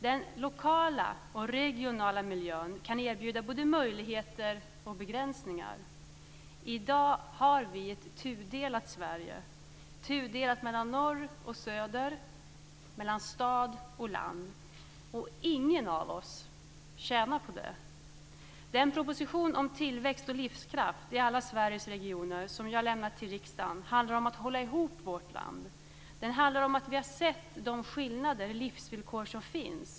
Den lokala och regionala miljön kan erbjuda både möjligheter och begränsningar. I dag har vi ett tudelat Sverige. Det är tudelat mellan norr och söder och tudelat mellan stad och land. Ingen av oss tjänar på det. Den proposition om tillväxt och livskraft i alla Sveriges regioner som jag lämnat till riksdagen handlar om att hålla ihop vårt land. Vi har sett de skillnader i livsvillkor som finns.